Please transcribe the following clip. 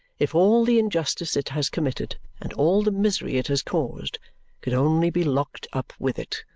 if all the injustice it has committed and all the misery it has caused could only be locked up with it,